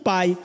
Pai